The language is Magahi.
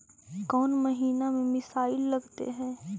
कौन महीना में मिसाइल लगते हैं?